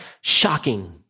shocking